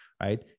Right